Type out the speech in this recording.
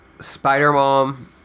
Spider-Mom